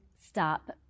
stop